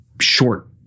short